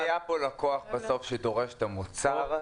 אם היה פה לקוח בסוף שדורש את המוצר,